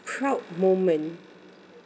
proud moment